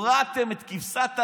הורדתם את כבשת הרש,